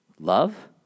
love